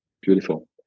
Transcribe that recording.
Beautiful